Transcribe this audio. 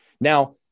Now